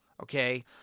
Okay